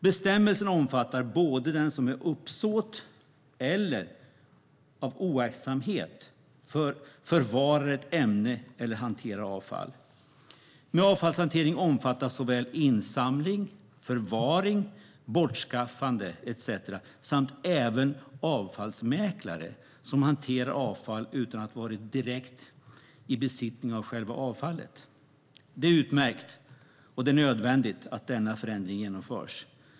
Bestämmelsen omfattar den som både med uppsåt eller av oaktsamhet förvarar ett ämne eller hanterar avfall. Med avfallshantering omfattas såväl insamling, förvaring som bortskaffande etcetera samt även avfallsmäklare som hanterar avfall utan att vara i direkt besittning av själva avfallet. Det är utmärkt och nödvändigt att denna förändring genomförs.